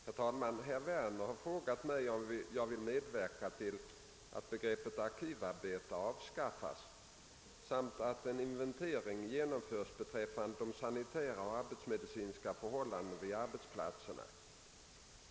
Herr talman! Herr Werner har frågat mig, om jag vill medverka till att begreppet arkivarbetare avskaffas samt att en inventering genomförs beträffande de sanitära och arbetsmedicinska förhållandena vid arbetsplatserna.